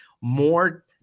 more